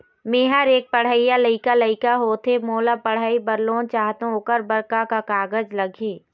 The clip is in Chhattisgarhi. मेहर एक पढ़इया लइका लइका होथे मोला पढ़ई बर लोन चाहथों ओकर बर का का कागज लगही?